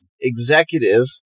executive